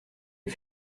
est